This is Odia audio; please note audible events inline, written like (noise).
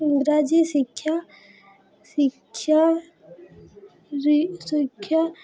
ଇଂରାଜୀ ଶିକ୍ଷା ଶିକ୍ଷା (unintelligible) ଶିକ୍ଷା